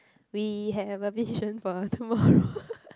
we have a vision for tomorrow